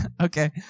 Okay